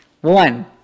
One